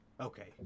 Okay